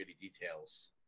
details